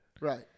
Right